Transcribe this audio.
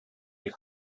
die